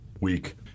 week